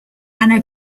anna